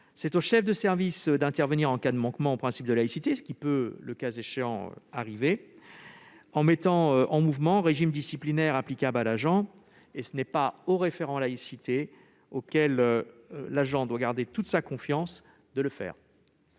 C'est au chef de service d'intervenir en cas de manquement au principe de laïcité- cela peut arriver -, en mettant en mouvement le régime disciplinaire applicable à l'agent. Ce n'est pas au référent laïcité, auquel l'agent doit garder toute confiance, de le faire.